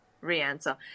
re-answer